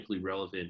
relevant